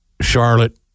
Charlotte